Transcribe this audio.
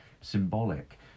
symbolic